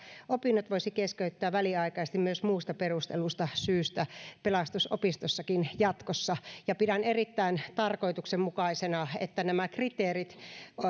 opinnot voisi keskeyttää väliaikaisesti myös muusta perustellusta syystä pelastusopistossakin jatkossa ja pidän erittäin tarkoituksenmukaisena että nämä kriteerit